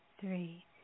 three